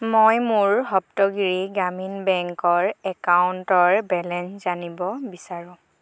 মই মোৰ সপ্তগিৰি গ্ৰামীণ বেংকৰ একাউণ্টৰ বেলেঞ্চ জানিব বিচাৰোঁ